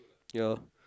ya